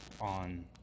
on